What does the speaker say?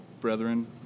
brethren